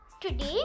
Today